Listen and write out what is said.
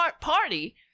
Party